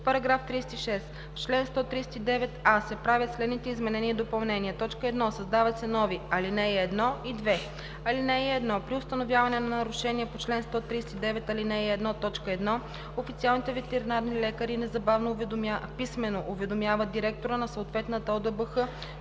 § 36: „§ 36. В чл. 139а се правят следните изменения и допълнения: 1. Създават се нови ал. 1 и 2: „(1) При установяване на нарушение по чл. 139, ал. 1, т. 1 официалните ветеринарни лекари незабавно писмено уведомяват директора на съответната ОДБХ,